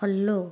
follow